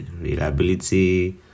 reliability